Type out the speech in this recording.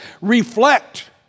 Reflect